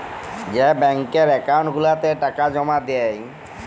যেই ব্যাংকের একাউল্ট গুলাতে টাকা জমা দেই